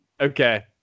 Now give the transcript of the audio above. Okay